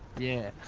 yeah.